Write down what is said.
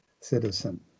citizen